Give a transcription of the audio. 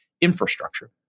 infrastructure